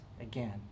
again